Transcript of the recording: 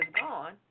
gone